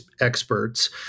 experts